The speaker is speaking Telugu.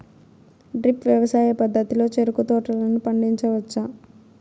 డ్రిప్ వ్యవసాయ పద్ధతిలో చెరుకు తోటలను పండించవచ్చా